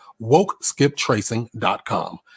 WokeSkipTracing.com